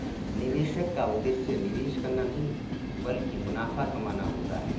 निवेशक का उद्देश्य निवेश करना नहीं ब्लकि मुनाफा कमाना होता है